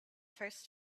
first